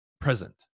present